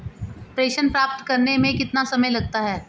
प्रेषण प्राप्त करने में कितना समय लगता है?